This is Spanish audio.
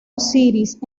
osiris